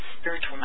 spiritual